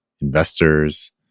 investors